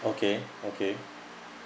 okay okay